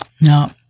No